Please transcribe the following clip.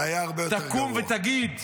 -- תקום ותגיד: